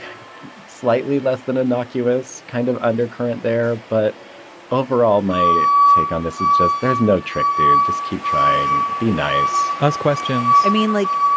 slightly less than innocuous kind of undercurrent there, but overall, my take on this is just there's no trick there. just keep trying. be nice. ask questions i mean, like,